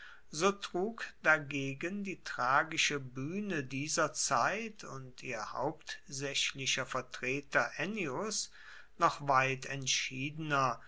so trug dagegen die tragische buehne dieser zeit und ihr hauptsaechlicher vertreter ennius noch weit entschiedener